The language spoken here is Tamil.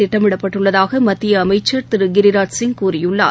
திட்டமிடப்பட்டுள்ளதாக மத்திய அமைச்சர் திரு கிரிராஜ் சிங் கூறியுள்ளார்